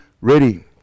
ready